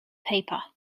paper